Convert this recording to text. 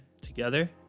together